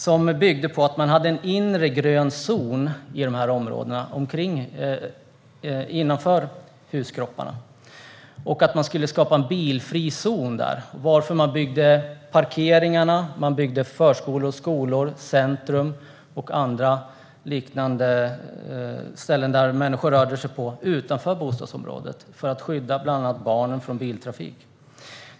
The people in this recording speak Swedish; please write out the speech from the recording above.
Den byggde på att man hade en inre grön zon innanför huskropparna och att man skulle skapa en bilfri zon där, varför man byggde parkeringar, förskolor, skolor, centrum och andra liknande ställen där människor rör sig på utanför bostadsområdet för att skydda bland annat barnen från biltrafik.